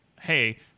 hey